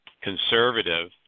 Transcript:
conservative